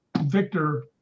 Victor